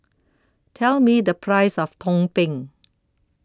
Tell Me The Price of Tumpeng